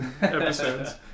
episodes